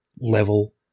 level